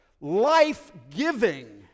life-giving